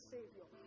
Savior